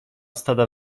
stada